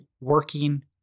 working